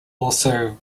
also